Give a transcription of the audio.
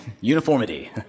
uniformity